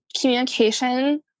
communication